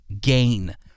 gain